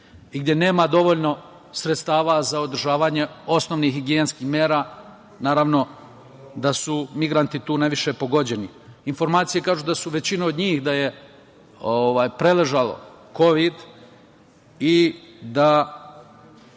i gde nema dovoljno sredstava za održavanje osnovnih higijenskih mera, naravno da su tu migranti najviše pogođeni. Informacije kažu da su većina od njih, da su preležali Kovid i da